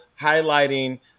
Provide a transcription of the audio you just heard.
highlighting